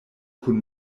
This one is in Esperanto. kun